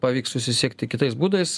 pavyks susisiekti kitais būdais